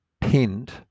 pinned